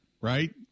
right